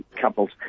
couples